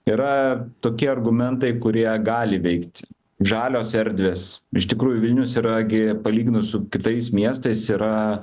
yra tokie argumentai kurie gali veikt žalios erdvės iš tikrųjų vilnius yra gi palyginus su kitais miestais yra